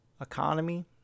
economy